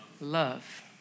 love